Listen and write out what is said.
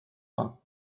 rhin